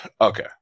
Okay